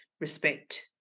respect